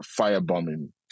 firebombing